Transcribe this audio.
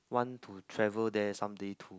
want to travel there someday too